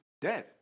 dead